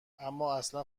امااصلا